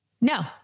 No